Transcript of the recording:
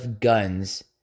guns